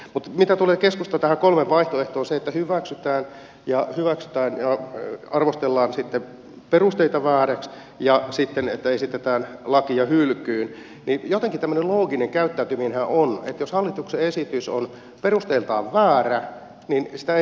mutta mitä tulee keskustan näihin kolmeen vaihtoehtoon on se että hyväksytään hyväksytään ja arvostellaan sitten perusteita vääriksi ja sitten että esitetään lakia hylkyyn niin jotenkin tämmöinen looginen käyttäytyminenhän on että jos hallituksen esitys on perusteiltaan väärä niin sitä esitetään hylkyyn